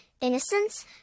innocence